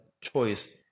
choice